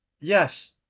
Yes